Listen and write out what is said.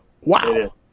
wow